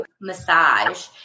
massage